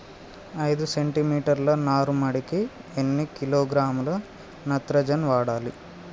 ఐదు సెంటిమీటర్ల నారుమడికి ఎన్ని కిలోగ్రాముల నత్రజని వాడాలి?